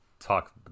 Talk